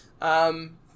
um-